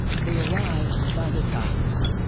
they arrived by the thousands.